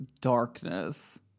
darkness